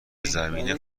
زمین